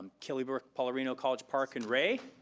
killybrooke, paularino, college park, and rea.